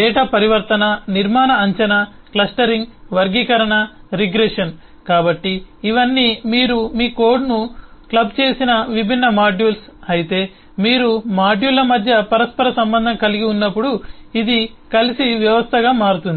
data పరివర్తన నిర్మాణ అంచనా క్లస్టరింగ్ వర్గీకరణ రిగ్రెషన్data transformation the structure prediction the clustering classification regression కాబట్టి ఇవన్నీ మీరు మీ కోడ్ను క్లబ్ చేసిన విభిన్న మాడ్యూల్స్ అయితే మీరు మాడ్యూళ్ల మధ్య పరస్పర సంబంధం కలిగి ఉన్నప్పుడు ఇది కలిసి వ్యవస్థగా మారుతుంది